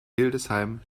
hildesheim